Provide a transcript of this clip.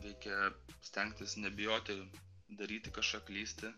reikia stengtis nebijoti daryti kažką klysti